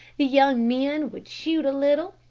the young men would shoot a little,